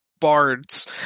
Bards